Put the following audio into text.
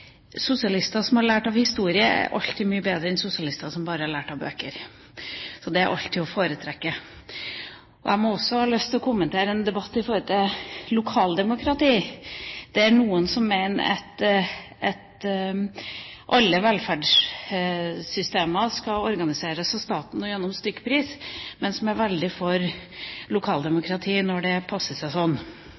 sosialister som har lært av historien, er alltid mye bedre enn sosialister som bare har lært av bøker – det er alltid å foretrekke. Jeg har også lyst til å kommentere en debatt om lokaldemokratiet. Det er noen som mener at alle velferdssystemer skal organiseres av staten og gjennom stykkpris, men som er veldig for lokaldemokratiet når det passer seg